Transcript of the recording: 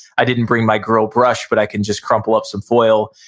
i didn't bring my grill brush, but i can just crumple up some foil,